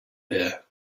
here